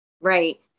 Right